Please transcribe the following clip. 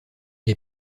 les